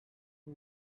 who